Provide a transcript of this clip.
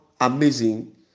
amazing